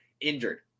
injured